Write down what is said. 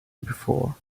before